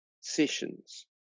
sessions